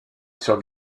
sur